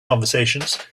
conversations